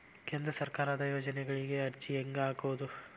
ಕೇಂದ್ರ ಸರ್ಕಾರದ ಯೋಜನೆಗಳಿಗೆ ಅರ್ಜಿ ಹೆಂಗೆ ಹಾಕೋದು?